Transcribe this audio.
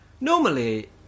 normally